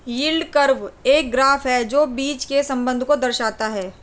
yield curve एक graph है जो बीच के संबंध को दर्शाता है